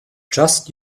just